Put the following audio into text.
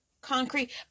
concrete